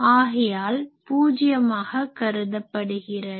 ஆகையால் பூஜியமாக கருதப்படுகிறது